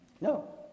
No